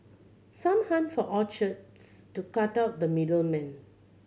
some hunt for orchards to cut out the middle man